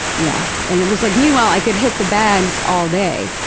yeah and it was like, meanwhile i could hit the bags all day.